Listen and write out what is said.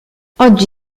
oggi